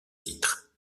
titre